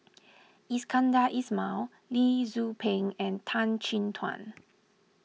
Iskandar Ismail Lee Tzu Pheng and Tan Chin Tuan